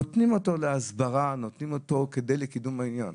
ונותנים אותו להסברה, נותנים אותו לקידום העניין.